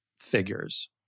figures